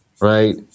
Right